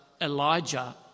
Elijah